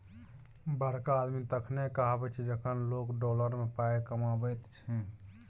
बड़का आदमी तखने कहाबै छै जखन लोक डॉलर मे पाय कमाबैत छै